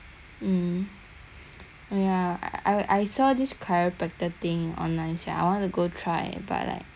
oh ya I I saw this chiropractor thing online sia I wanna go try but like a bit expensive sia